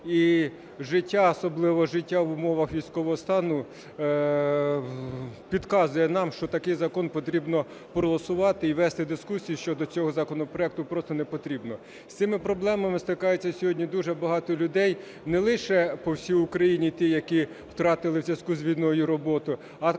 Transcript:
і життя, особливо життя в умовах військового стану підказує нам, що такий закон потрібно проголосувати і вести дискусію щодо цього законопроекту просто не потрібно. З цими проблемами стикаються сьогодні дуже багато людей не лише по всій Україні ті, які втратили у зв'язку з війною роботу,